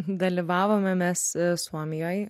dalyvavome mes suomijoj